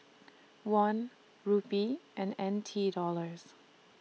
Won Rupee and N T Dollars